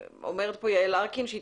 אומרת פה יעל ארקין,